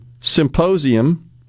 symposium